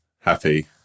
happy